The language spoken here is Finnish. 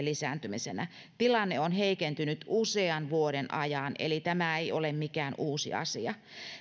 lisääntymisenä tilanne on heikentynyt usean vuoden ajan eli tämä ei ole mikään uusi asia